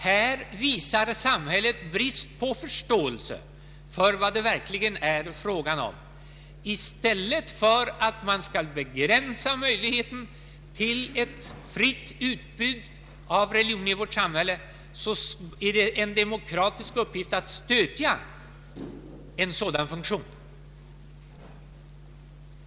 Här visade samhället brist på förståelse för vad det verkligen är fråga om. I stället för att begränsa möjligheten till ett fritt utbud av religion i vårt samhälle är det en demokratisk uppgift att stödja en sådan funktion.